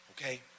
okay